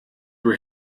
were